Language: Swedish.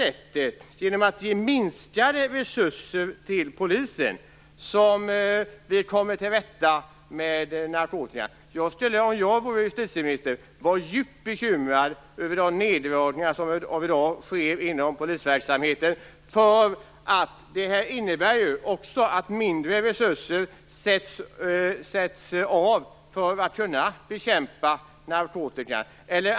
Är det genom att ge polisen minskade resurser som vi kommer till rätta med narkotikan? Om jag vore justitieminister skulle jag vara djupt bekymrad över de neddragningar som i dag sker inom polisverksamheten, vilket ju också innebär att mindre resurser sätts av för narkotikabekämpningen.